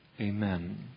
Amen